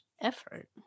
effort